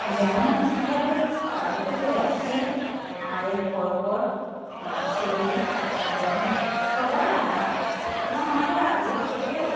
যেমনভাবে পালিত করে আসছি আমাদের পরপর আমার ছেলে আমি সবাই আমরা এবং আমাদের আগে থেকেও